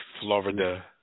Florida